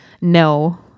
no